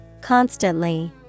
Constantly